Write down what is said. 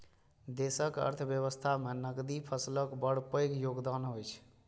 देशक अर्थव्यवस्था मे नकदी फसलक बड़ पैघ योगदान होइ छै